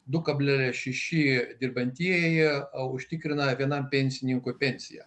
du kablelis šeši dirbantieji o užtikrina vienam pensininkui pensiją